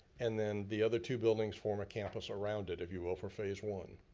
and then the other two buildings form a campus around it, if you will, for phase one.